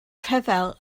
rhyfel